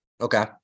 okay